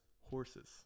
horses